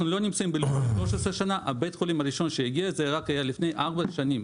בית החולים הראשון שהגיע זה היה רק לפני 4 שנים,